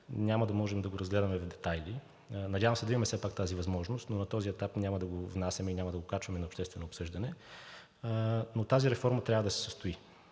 няма да можем да го разгледаме в детайли. Надявам се да имаме все пак тази възможност, но на този етап няма да го внасяме и няма да го качваме за обществено обсъждане. Тази реформа трябва да се състои,